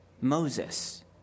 Moses